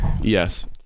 Yes